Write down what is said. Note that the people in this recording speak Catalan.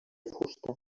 fusta